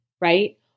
Right